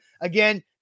Again